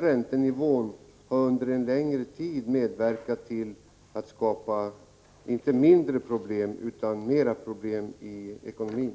Räntenivån har under en längre tid medverkat till att skapa inte färre utan fler problem i ekonomin.